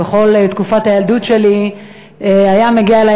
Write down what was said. בכל תקופת הילדות שלי הוא היה מגיע אלי